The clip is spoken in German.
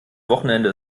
wochenende